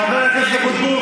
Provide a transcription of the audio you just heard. חבר הכנסת אבוטבול,